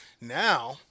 Now